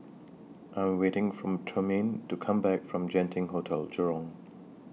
I'm waiting For Trumaine to Come Back from Genting Hotel Jurong